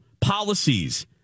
policies